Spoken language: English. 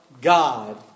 God